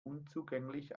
unzugänglich